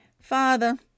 Father